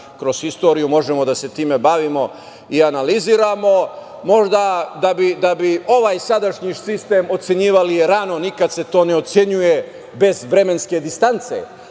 Kroz istoriju možemo da se time bavimo i analiziramo. Možda da bi ovaj sadašnji sistem ocenjivali rano, nikada se to ne ocenjuje bez vremenske distance,